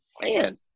man